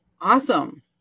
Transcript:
awesome